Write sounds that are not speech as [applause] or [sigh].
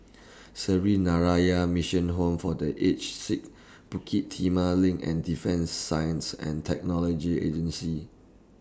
[noise] Sree [unintelligible] Mission Home For The Aged Sick Bukit Timah LINK and Defence Science and Technology Agency